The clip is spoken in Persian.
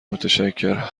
متشکرم